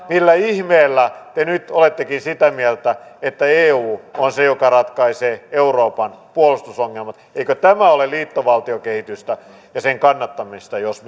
millä ihmeellä te nyt olettekin sitä mieltä että eu on se joka ratkaisee euroopan puolustusongelmat eikö tämä ole liittovaltiokehitystä ja sen kannattamista jos